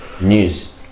News